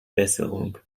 besserung